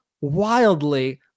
wildly